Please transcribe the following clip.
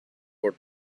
for